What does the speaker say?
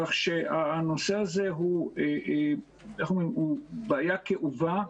כך שהנושא הזה הוא בעיה כאובה.